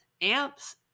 amps